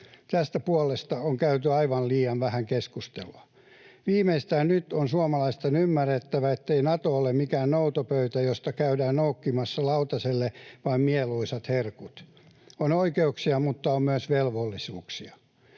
Tästä puolesta on käyty aivan liian vähän keskustelua. Viimeistään nyt on suomalaisten ymmärrettävä, ettei Nato ole mikään noutopöytä, josta käydään noukkimassa lautaselle vain mieluisat herkut. On oikeuksia, mutta on myös velvollisuuksia.